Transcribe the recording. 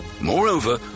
Moreover